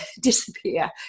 disappear